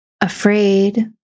afraid